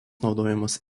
naudojamos